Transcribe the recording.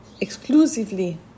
exclusively